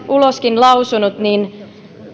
uloskin lausunut niin